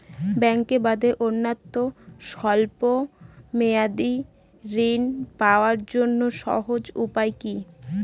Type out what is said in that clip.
ব্যাঙ্কে বাদে অন্যত্র স্বল্প মেয়াদি ঋণ পাওয়ার জন্য সহজ উপায় কি?